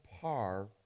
par